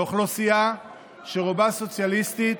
מאוכלוסייה שרובה סוציאליסטית,